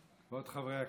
כבוד חברי הכנסת,